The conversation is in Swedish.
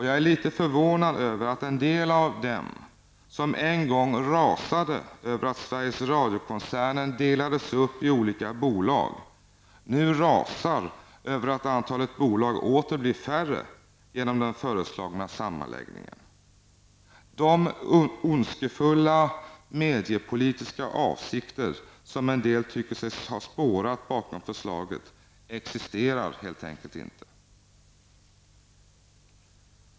Jag är litet förvånad över att en del av dem som en gång rasade över att Sveriges Radio-koncernen delades upp i olika bolag nu rasar över att antalet bolag åter blir färre genom den föreslagna sammanläggningen. De ondskefulla mediepolitiska avsiker som en del tycker sig ha spårat bakom förslaget existerar helt enkelt inte.